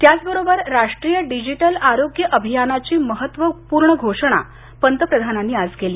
त्याचबरोबर राष्ट्रीय डिजिटल आरोग्य अभियानाची महत्त्वपूर्ण घोषणा पंतप्रधानांनी आज केली